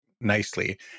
nicely